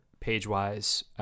page-wise